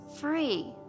free